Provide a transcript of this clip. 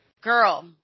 Girl